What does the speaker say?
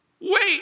wait